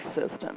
system